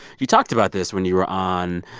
you talked about this when you were on